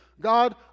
God